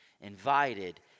invited